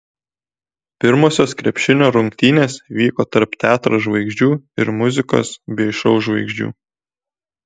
pirmosios krepšinio rungtynės vyko tarp teatro žvaigždžių ir muzikos bei šou žvaigždžių